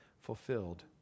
fulfilled